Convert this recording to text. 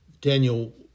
Daniel